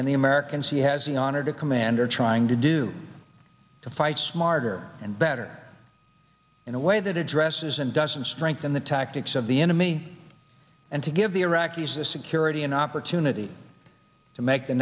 and the americans he has the honor to command are trying to do to fight smarter and better in a way that addresses and doesn't strengthen the tactics of the enemy and to give the iraqis the security an opportunity to make the